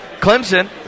Clemson